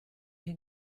can